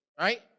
right